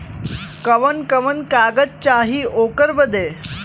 कवन कवन कागज चाही ओकर बदे?